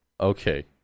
okay